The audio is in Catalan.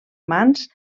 mans